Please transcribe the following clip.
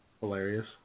Hilarious